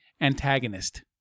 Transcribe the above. antagonist